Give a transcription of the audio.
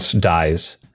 dies